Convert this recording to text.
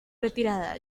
retirada